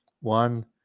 one